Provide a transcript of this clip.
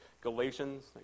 Galatians